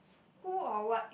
who or what